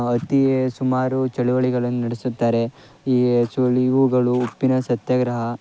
ಅತಿ ಸುಮಾರು ಚಳುವಳಿಗಳನ್ನು ನಡೆಸುತ್ತಾರೆ ಈ ಸುಳಿವುಗಳು ಉಪ್ಪಿನ ಸತ್ಯಾಗ್ರಹ